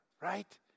right